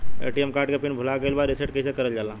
ATM card के PIN भूला गइल बा रीसेट कईसे करल जाला?